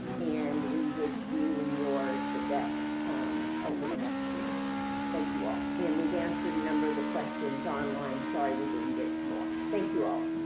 and we wish you and yours the best over the next few months. thank you all. and we've answered a number of the questions online. sorry, we didn't get to more. thank you all.